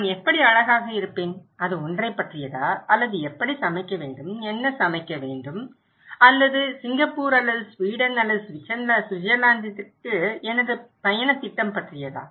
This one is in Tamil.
நான் எப்படி அழகாக இருப்பேன் அது ஒன்றைப் பற்றியதா அல்லது எப்படி சமைக்க வேண்டும் என்ன சமைக்க வேண்டும் அல்லது சிங்கப்பூர் அல்லது சுவீடன் அல்லது சுவிட்சர்லாந்திற்கு எனது பயணத் திட்டம் பற்றியதா